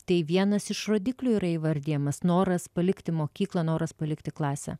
tai vienas iš rodiklių yra įvardijamas noras palikti mokyklą noras palikti klasę